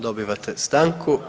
Dobivate stanku.